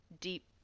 deep